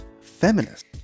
feminist